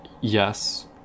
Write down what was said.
yes